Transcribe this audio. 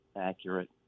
accurate